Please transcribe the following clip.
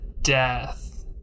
death